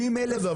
כן,